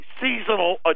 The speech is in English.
seasonal